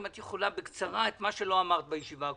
אם את יכולה בקצרה את מה שלא אמרת בישיבה הקודמת.